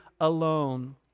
alone